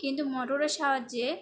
কিন্তু মোটোরের সাহায্যে